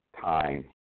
time